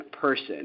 person